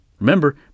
Remember